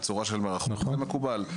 בצורה של מערכות זה מקובל.